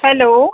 hello